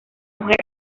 mujer